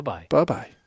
Bye-bye